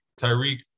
Tyreek